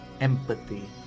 empathy